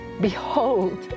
behold